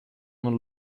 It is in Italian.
non